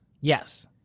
Yes